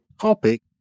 topic